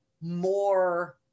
more